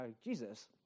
Jesus